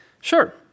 Sure